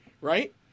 Right